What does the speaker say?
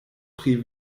pri